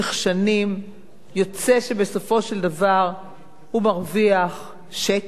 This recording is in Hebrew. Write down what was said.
בסופו של דבר הוא מרוויח שקל, שניים,